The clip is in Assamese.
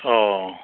অঁ